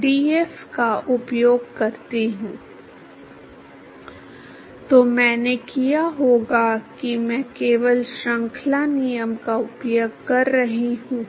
अगर मैं इन तीन व्युत्पन्नों को जानता हूं तो अब मैं गति संतुलन के सभी सभी घटकों को ठीक कर रहा हूं